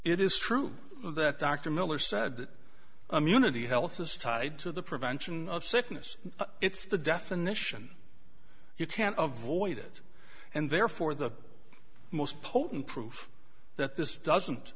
it is true that dr miller said that immunity health is tied to the prevention of sickness it's the definition you can't avoid it and therefore the most potent proof that this doesn't